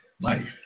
life